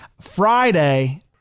Friday